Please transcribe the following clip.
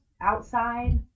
outside